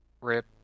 rip